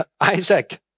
Isaac